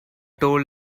told